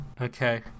Okay